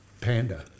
Panda